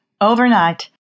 Overnight